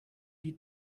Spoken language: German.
die